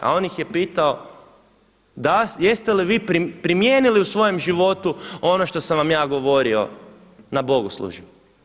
A on ih je pitao: Jeste li vi primijenili u svome životu ono što sam vam ja govorio na bogoslužju.